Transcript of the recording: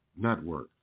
Network